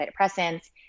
antidepressants